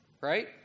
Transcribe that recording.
right